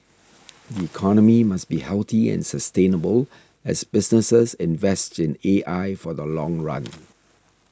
the economy must be healthy and sustainable as businesses invest in A I for the long run